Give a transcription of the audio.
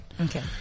Okay